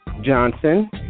Johnson